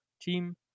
team